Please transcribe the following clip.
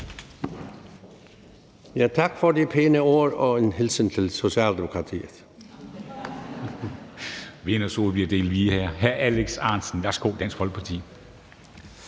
Tak for de pæne ord og en hilsen til Socialdemokratiet.